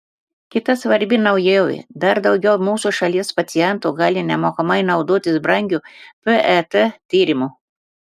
kita svarbi naujovė dar daugiau mūsų šalies pacientų gali nemokamai naudotis brangiu pet tyrimu